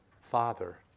father